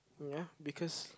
ya because